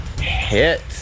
hit